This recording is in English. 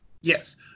yes